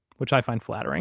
which i find flattering